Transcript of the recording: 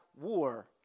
war